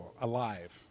alive